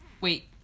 Wait